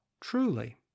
truly